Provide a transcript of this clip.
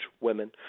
women